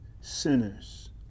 sinners